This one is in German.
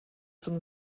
zum